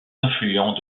influents